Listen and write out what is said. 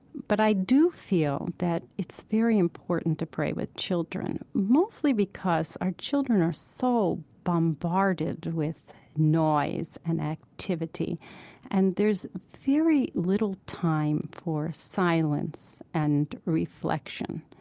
but i do feel that it's very important to pray with children, mostly, because our children are so bombarded with noise and activity and there's very little time for silence and reflection.